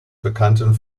bekannten